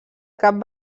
cap